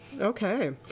Okay